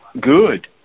good